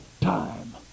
time